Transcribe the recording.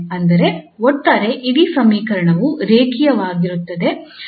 ಅಂದರೆ ಒಟ್ಟಾರೆ ಇಡೀ ಸಮೀಕರಣವು ರೇಖೀಯವಾಗಿರುತ್ತದೆ